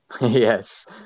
Yes